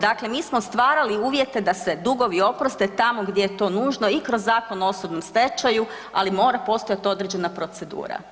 Dakle mi smo stvarali uvjete da se dugovi oproste tamo gdje je to nužno i kroz Zakon o osobnom stečaju, ali mora postojati određena procedura.